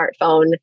smartphone